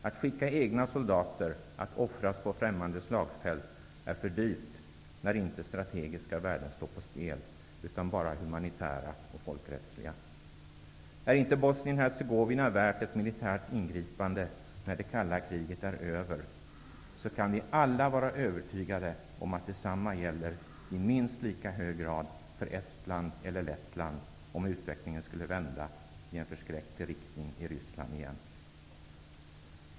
Att skicka egna soldater att offras på främmande slagfält är för dyrt, när inte strategiska värden står på spel utan bara humanitära och folkrättsliga. Är inte Bosnien-Hercegovina värt ett militärt ingripande när det kalla kriget är över, kan vi alla vara övertygade om att detsamma gäller i minst lika hög grad för Estland eller Lettland, om utvecklingen skulle vända i en förskräcklig riktning i Ryssland igen.